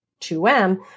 2M